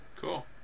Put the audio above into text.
Cool